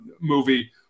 movie